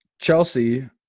chelsea